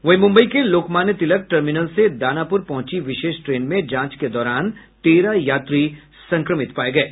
वहीं मुंबई के लोकमान्य तिलक टर्मिनल से दानापुर पहुंची विशेष ट्रेन में जांच के दौरान तेरह यात्री संक्रमित पाये गये